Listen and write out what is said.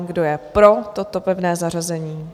Kdo je pro toto pevné zařazení?